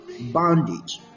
bondage